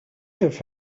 have